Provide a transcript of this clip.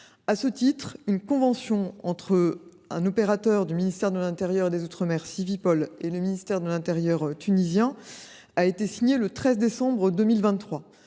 À ce titre, une convention entre Civipol, opérateur du ministère de l’intérieur et des outre mer, et le ministère de l’intérieur tunisien a été signée le 13 décembre 2023,